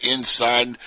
Inside